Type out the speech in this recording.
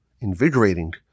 invigorating